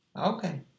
Okay